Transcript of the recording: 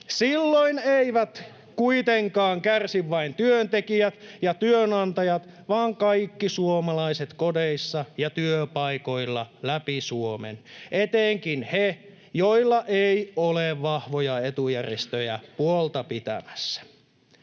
Silloin eivät kuitenkaan kärsi vain työntekijät ja työnantajat, vaan kaikki suomalaiset kodeissa ja työpaikoilla läpi Suomen — etenkin he, joilla ei ole vahvoja etujärjestöjä puolta pitämässä.